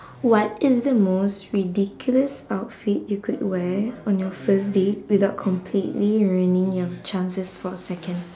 what is the most ridiculous outfit you could wear on your first date without completely ruining your chances for a second